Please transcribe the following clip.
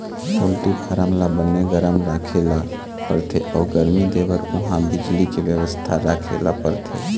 poultry farm ल बने गरम राखे ल परथे अउ गरमी देबर उहां बिजली के बेवस्था राखे ल परथे